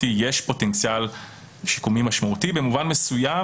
יש פוטנציאל שיקומי משמעותי במובן מסוים